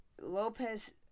Lopez